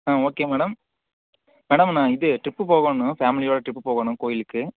okay madam madam நான் இது trip போகணும் ஃபேமிலியோடு டிரிப்பு போகணும் கோயிலுக்கு